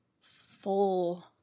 full